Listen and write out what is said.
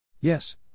Yes